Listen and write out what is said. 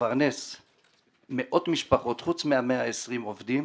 שמפרנס מאות משפחות חוץ מ-120 העובדים,